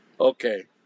Okay